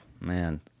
man